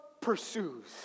pursues